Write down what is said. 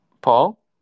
Paul